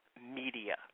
Media